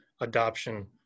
adoption